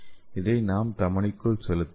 இதை நாம் தமனிக்குள் செலுத்தலாம்